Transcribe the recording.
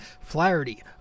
Flaherty